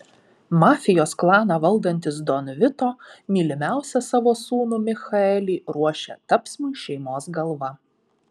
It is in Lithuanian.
mafijos klaną valdantis don vito mylimiausią savo sūnų michaelį ruošia tapsmui šeimos galva